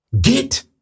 Get